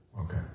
Okay